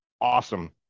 awesome